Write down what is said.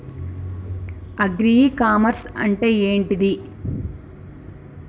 Agri e commerce అంటే ఏంటిది?